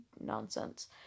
nonsense